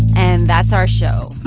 and that's our show.